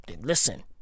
listen